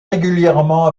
régulièrement